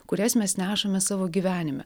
kurias mes nešame savo gyvenime